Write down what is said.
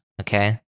Okay